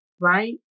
right